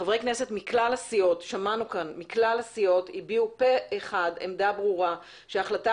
חברי כנסת מכלל הסיעות הביעו פה אחד עמדה ברורה שההחלטה